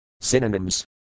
Synonyms